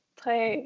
très